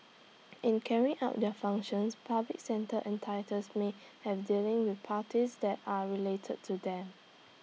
in carrying out their functions public sector entities may have dealings with parties that are related to them